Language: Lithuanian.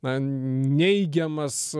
na neigiamas